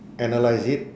analyse it